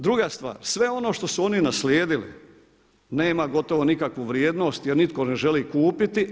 Druga stvar, sve ono što su oni naslijedili, nema gotovo nikakvu vrijednost jer nitko ne želi kupiti.